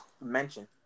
mention